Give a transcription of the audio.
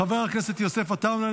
חבר הכנסת יוסף עטאונה,